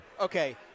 Okay